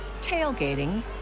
tailgating